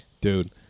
Dude